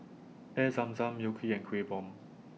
Air Zam Zam Mui Kee and Kueh Bom